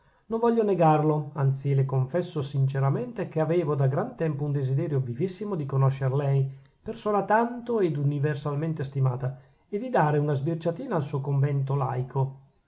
non voglio negarlo anzi le confesso sinceramente che avevo da gran tempo un desiderio vivissimo di conoscer lei persona tanto ed universalmente stimata e di dare una sbirciatina al suo convento laico